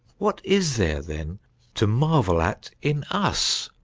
what is there then to marvel at in us?